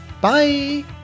Bye